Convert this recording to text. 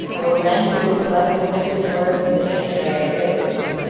but randomly selected dickens words from the dictionary is.